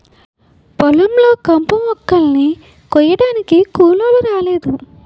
పొలం లో కంపుమొక్కలని కొయ్యడానికి కూలోలు రాలేదు